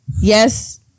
Yes